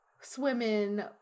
swimming